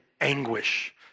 anguish